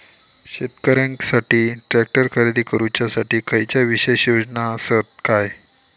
शेतकऱ्यांकसाठी ट्रॅक्टर खरेदी करुच्या साठी खयच्या विशेष योजना असात काय?